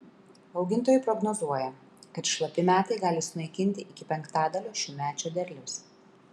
augintojai prognozuoja kad šlapi metai gali sunaikinti iki penktadalio šiųmečio derliaus